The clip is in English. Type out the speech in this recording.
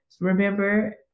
Remember